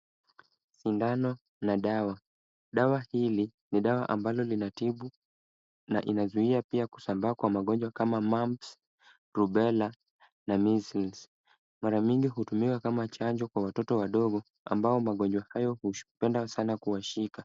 Shindano na dawa. Dawa hili ni dawa ambalo linatibu na inazuia pia kusambaa kwa magonjwa kama mumps, rubella, na measles . Mara nyingi hutumiwa kama chanjo kwa watoto wadogo ambao magonjwa hayo hupenda sana kuwashika.